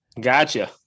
gotcha